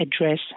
address